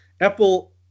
apple